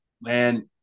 man –